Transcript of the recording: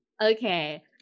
okay